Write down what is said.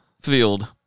field